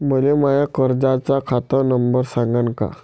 मले माया कर्जाचा खात नंबर सांगान का?